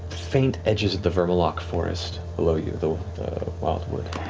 faint edges of the vermaloc forest, below you, the wildwood.